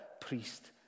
priest